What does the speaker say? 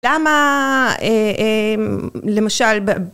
למה, אה אה, למשל